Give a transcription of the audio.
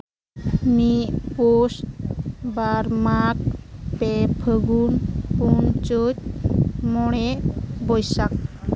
ᱢᱤᱫ ᱯᱳᱥ ᱵᱟᱨ ᱢᱟᱜᱽ ᱯᱮ ᱯᱷᱟᱹᱜᱩᱱ ᱯᱩᱱ ᱪᱟᱹᱛ ᱢᱚᱬᱮ ᱵᱳᱭᱥᱟᱠᱷ